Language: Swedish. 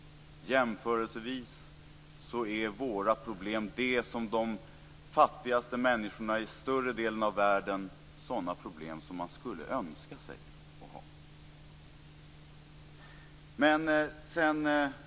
Jämförelsevis är våra problem sådana som de fattigaste människorna i större delen av världen skulle önska sig att ha.